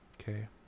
Okay